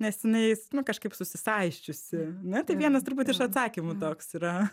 nes jinais nu kažkaip susisaisčiusi na tai vienas turbūt iš atsakymų toks yra